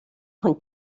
von